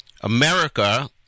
America